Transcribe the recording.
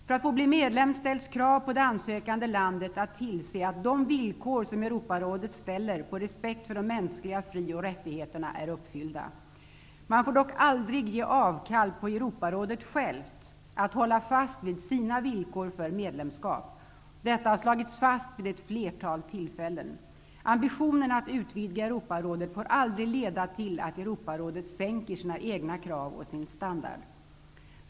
För att få bli medlem ställs krav på att det ansökande landet tillser att de villkor som Europarådet ställer på respekt för de mänskliga frioch rättigheterna är uppfyllda. Man får dock aldrig ge avkall på kravet att Europarådet självt håller fast vid sina villkor för medlemskap. Detta har slagits fast vid ett flertal tillfällen. Ambitionen att utvidga Europarådet får aldrig leda till att Europarådet sänker sina krav och sin standard.